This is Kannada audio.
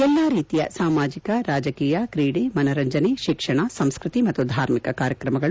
ಎಲ್ಲ ರೀತಿಯ ಸಾಮಾಜಿಕ ರಾಜಕೀಯ ಕ್ರೀಡೆ ಮನರಂಜನೆ ಶಿಕ್ಷಣ ಸಂಸ್ಕತಿ ಮತ್ತು ಧಾರ್ಮಿಕ ಕಾರ್ಯಕ್ರಮಗಳು